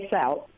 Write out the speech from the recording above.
out